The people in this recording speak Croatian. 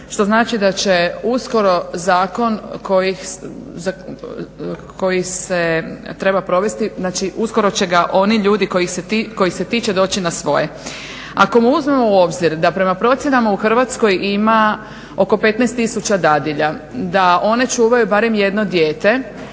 što znači da će uskoro zakon koji, koji se treba provesti, znači uskoro će ga oni ljudi kojih se tiče doći na svoje. Ako mu uzmemo u obzir da prema procjenama u Hrvatskoj ima oko 15 tisuća dadilja, da one čuvaju barem jedno dijete,